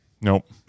Nope